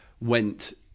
went